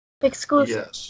Exclusive